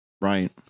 right